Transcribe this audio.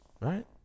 Right